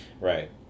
Right